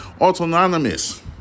autonomous